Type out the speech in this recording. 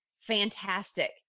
fantastic